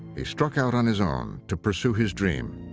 he struck out on his own to pursue his dream.